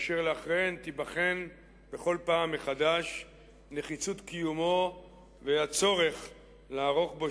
ואחריהן תיבחן בכל פעם מחדש נחיצות קיומו והצורך לערוך בו